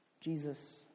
Jesus